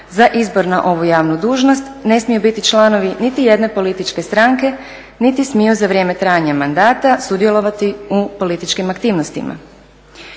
za izbor na ovu javnu dužnost ne smiju biti članovi niti jedne političke stranke niti smiju za vrijeme trajanja mandata sudjelovati u političkim aktivnostima.